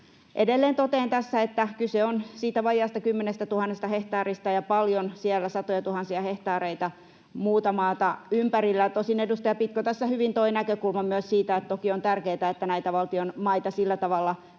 Edelleen totean tässä, että kyse on siitä vajaasta 10 000 hehtaarista ja paljon on siellä, satojatuhansia hehtaareita, muuta maata ympärillä. Tosin edustaja Pitko tässä hyvin toi näkökulman myös siitä, että toki on tärkeätä, että näitä valtion maita sillä tavalla